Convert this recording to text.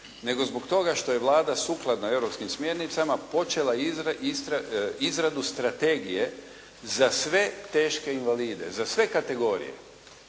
nego zbog toga što je Vlada sukladno europskim smjernicama počela izradu strategije za sve teške invalide, za sve kategorije.